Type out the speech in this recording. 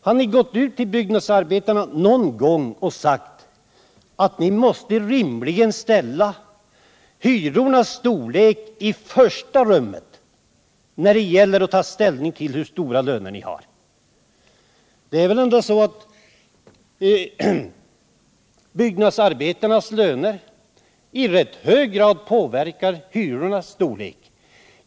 Har ni gått ut till byggnadsarbetarna någon gång och sagt att ni måste rimligen ställa hyrornas storlek i första rummet när det gäller att ta ställning till hur stora löner ni skall ha? Det är väl ändå så, att byggnadsarbetarnas löner i rätt hög grad påverkar hyrornas storlek.